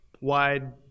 Wide